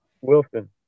Wilson